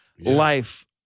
life